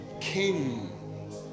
king